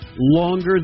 longer